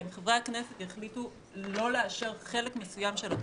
אם חברי הכנסת יחליטו לא לאשר חלק מסוים של התקנות,